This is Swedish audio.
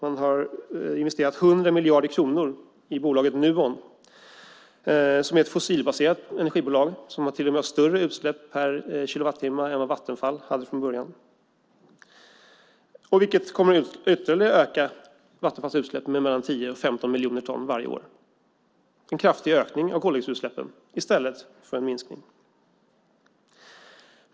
Man har investerat 100 miljarder kronor i bolaget Nuon, som är ett fossilbaserat energibolag som till och med har större utsläpp per kilowattimme än Vattenfall hade från början, vilket kommer att öka Vattenfalls utsläpp med ytterligare mellan 10 och 15 miljoner ton varje år - en kraftig ökning av koldioxidutsläppen i stället för en minskning.